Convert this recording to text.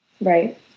Right